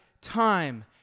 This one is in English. time